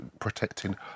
protecting